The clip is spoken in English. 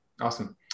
Awesome